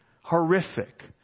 horrific